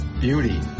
beauty